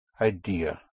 idea